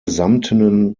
samtenen